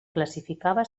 classificava